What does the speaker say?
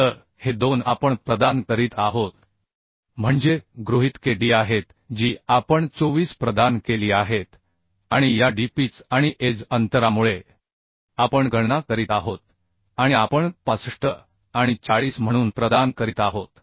तर हे दोन आपण प्रदान करीत आहोत म्हणजे गृहितके D आहेत जी आपण 24 प्रदान केली आहेत आणि या Dपिच आणि एज अंतरामुळे आपण गणना करीत आहोत आणि आपण 65 आणि 40 म्हणून प्रदान करीत आहोत